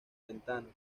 ventanas